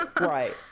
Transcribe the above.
right